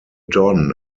don